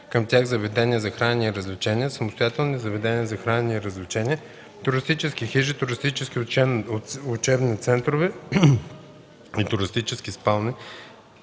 към тях заведения за хранене и развлечения, самостоятелни заведения за хранене и развлечения, туристически хижи, туристически учебни центрове и туристически спални